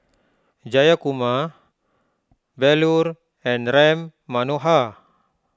Jayakumar Bellur and Ram Manohar